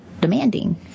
demanding